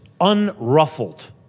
unruffled